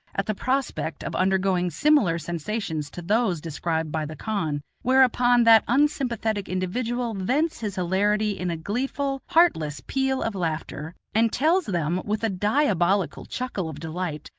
at the prospect of undergoing similar sensations to those described by the khan, whereupon that unsympathetic individual vents his hilarity in a gleeful, heartless peal of laughter, and tells them, with a diabolical chuckle of delight,